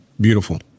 Beautiful